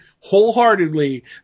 wholeheartedly